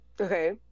okay